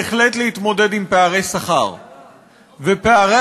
פערי השכר והפערים